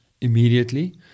immediately